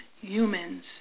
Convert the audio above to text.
humans